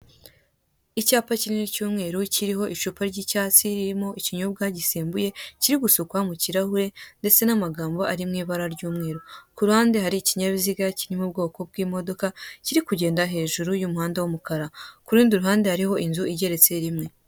Icyapa kinini cy'umweru kiriho icupa ry'icyatsi ririmo ikinyobwa gisembuye kiri gusukwa mu kirahure ndetse hariho amagambo y'umweru kuruhande harimo ikinyabiziga cyo mu bwoko bw'imodoka irikugenda ku muhanda w'umukara kurundi ruhande hariho inzu igeretse rimwe.